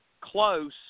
close